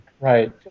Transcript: Right